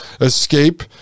escape